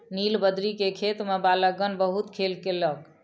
नीलबदरी के खेत में बालकगण बहुत खेल केलक